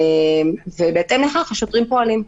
ובהתאם לכך השוטרים פועלים.